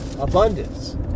abundance